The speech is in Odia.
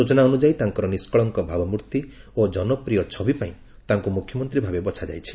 ସ୍ବଚନା ଅନୁଯାୟୀ ତାଙ୍କର ନିଷ୍କଳଙ୍କ ଭାବମୂର୍ତ୍ତି ଓ କନପ୍ରିୟ ଛବି ପାଇଁ ତାଙ୍କୁ ମୁଖ୍ୟମନ୍ତ୍ରୀ ଭାବେ ବଛା ଯାଇଛି